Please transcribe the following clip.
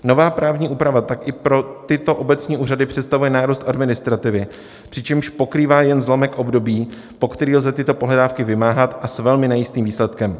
Nová právní úprava tak i pro tyto obecní úřady představuje nárůst administrativy, přičemž pokrývá jen zlomek období, po který lze tyto pohledávky vymáhat, a s velmi nejistým výsledkem.